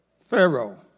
Pharaoh